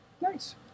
Nice